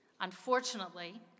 Unfortunately